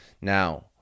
Now